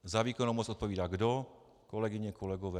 Za výkonnou moc odpovídá kdo, kolegyně, kolegové?